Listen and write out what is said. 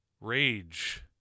rage